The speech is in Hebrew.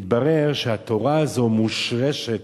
מתברר שהתורה הזאת מושרשת